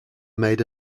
made